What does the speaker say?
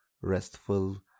restful